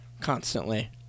constantly